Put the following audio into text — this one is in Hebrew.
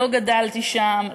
לא גדלתי שם,